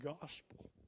gospel